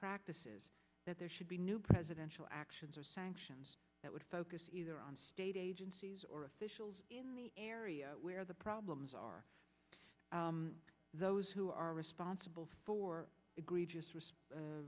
practices that there should be new presidential actions or sanctions that would focus either on state agencies or officials in the area where the problems are those who are responsible for egre